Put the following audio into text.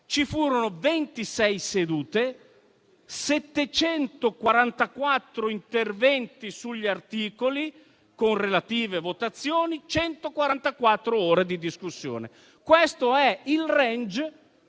Vi furono 26 sedute, 744 interventi sugli articoli con relative votazioni, 144 ore di discussione. Questo è il *range*